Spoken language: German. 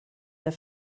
der